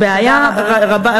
תודה רבה.